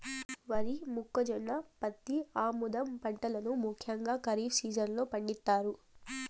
వరి, మొక్కజొన్న, పత్తి, ఆముదం పంటలను ముఖ్యంగా ఖరీఫ్ సీజన్ లో పండిత్తారు